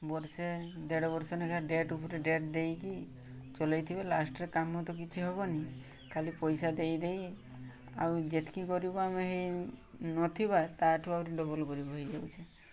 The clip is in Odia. ବର୍ଷେ ଦେଢ଼ ବର୍ଷ ଲେଖା ଡେଟ୍ ଉପରେ ଡେଟ୍ ଦେଇକି ଚଲାଇଥିବେ ଲାଷ୍ଟରେ କାମ ତ କିଛି ହବନି ଖାଲି ପଇସା ଦେଇଦେଇ ଆଉ ଯେତିକି ଗରିବ ଆମେ ହେଇ ନଥିବା ତାଠୁ ଆହୁରି ଡବଲ୍ ଗରିବ ହେଇଯାଉଛେ